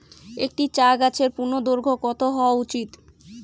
একটি চা গাছের পূর্ণদৈর্ঘ্য কত হওয়া উচিৎ?